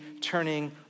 turning